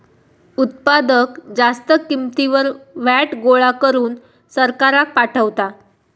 उत्पादक जास्त किंमतीवर व्हॅट गोळा करून सरकाराक पाठवता